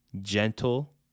gentle